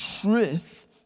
truth